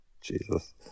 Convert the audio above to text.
Jesus